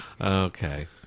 okay